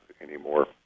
anymore